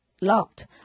locked